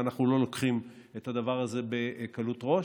ואנחנו לא לוקחים את הדבר הזה בקלות ראש,